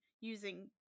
using